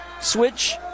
switch